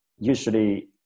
usually